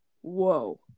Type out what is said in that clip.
whoa